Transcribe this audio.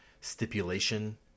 stipulation